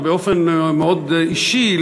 באופן מאוד אישי,